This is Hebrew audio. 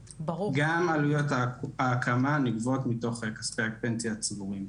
עלויות ההקמה נגבות מתוך כספי הפנסיה הצבורים.